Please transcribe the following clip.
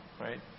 right